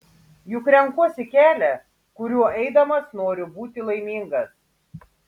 juk renkuosi kelią kuriuo eidamas noriu būti laimingas